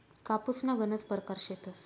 कापूसना गनज परकार शेतस